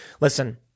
listen